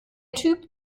typ